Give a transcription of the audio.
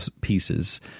pieces